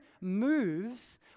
moves